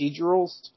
procedurals